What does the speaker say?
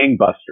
gangbusters